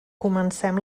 comencem